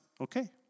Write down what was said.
okay